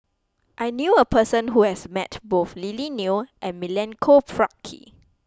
I knew a person who has met both Lily Neo and Milenko Prvacki